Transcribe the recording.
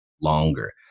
longer